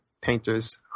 painters